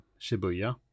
shibuya